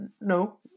No